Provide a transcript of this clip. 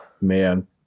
man